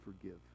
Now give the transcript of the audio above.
forgive